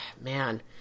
man